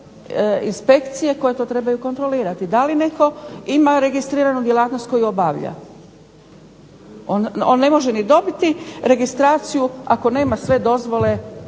inspekcije koje to trebaju kontrolirati da li netko ima registriranu djelatnost koju obavlja. On ne može ni dobiti registraciju ako nema sve dozvole